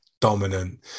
dominant